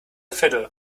fiddle